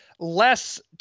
less